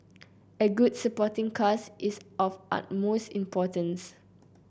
a good supporting cast is of utmost importance